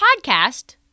podcast